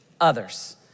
others